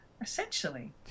Essentially